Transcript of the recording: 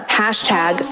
hashtag